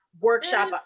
workshop